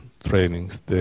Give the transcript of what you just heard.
trainings